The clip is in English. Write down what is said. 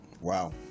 Wow